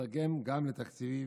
המיתרגם גם לתקציבים,